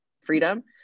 freedom